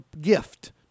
gift